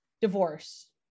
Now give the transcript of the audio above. divorce